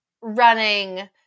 running